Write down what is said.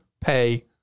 pay